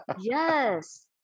Yes